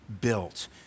built